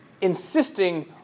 insisting